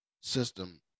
system